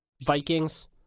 Vikings